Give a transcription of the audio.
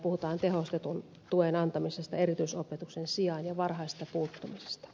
puhutaan tehostetun tuen antamisesta erityisopetuksen sijaan ja varhaisesta puuttumisesta